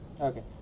okay